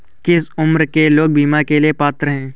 किस उम्र के लोग बीमा के लिए पात्र हैं?